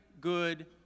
good